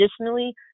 Additionally